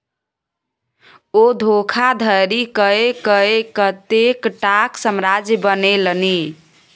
ओ धोखाधड़ी कय कए एतेकटाक साम्राज्य बनेलनि